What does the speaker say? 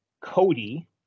Cody